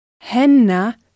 Henna